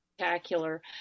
spectacular